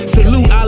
Salute